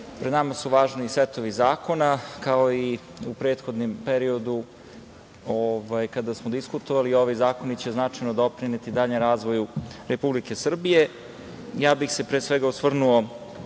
pred nama su važni setovi zakona. Kao i u prethodnom periodu kada smo diskutovali i ovi zakoni će veoma značajno doprineti daljem razvoju Republike Srbije. Pre svega, ja bih se svrnuo